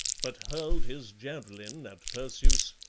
but hurled his javelin at perseus,